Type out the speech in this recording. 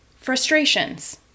frustrations